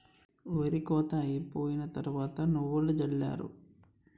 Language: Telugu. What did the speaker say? ఒరి కోత అయిపోయిన తరవాత నువ్వులు జల్లారు